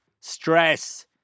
Stress